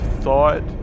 thought